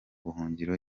buhungiro